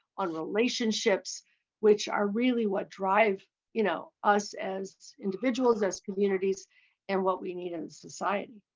on relationships which are really what drive you know us as individuals as communities and what we need in society?